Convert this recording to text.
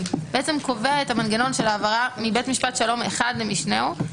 קובע את המנגנון של העברה מבית משפט שלום אחד למשנהו,